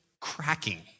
cracking